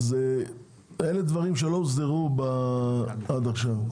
אלה דברים שלא הוסדרו עד עכשיו.